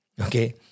Okay